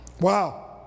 Wow